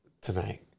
Tonight